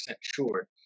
sure